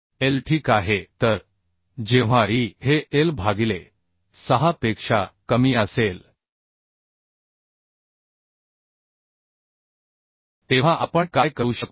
L ठीक आहे तर जेव्हा e हे l भागिले 6 पेक्षा कमी असेल तेव्हा आपण काय करू शकतो